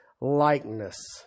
likeness